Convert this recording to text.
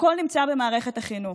הכול נמצא במערכת החינוך.